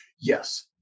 yes